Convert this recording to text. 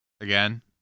Again